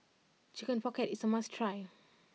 Chicken Pocket is a must try